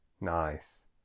nice